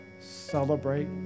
celebrate